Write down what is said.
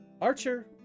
Archer